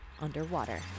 Underwater